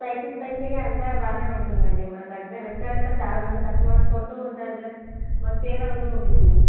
spicy స్పైసీగా అంతా బాగా ఉంటుంది అండి మాకు అంటే రెస్టారెంట్లో చాలామంది కస్టమర్స్ కొంటు ఉంటారు మాకు సేల్ అవుతు ఉండుద్ది